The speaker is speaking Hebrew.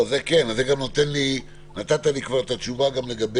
זה כן, נתת לי גם את התשובה גם לגבי